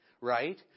right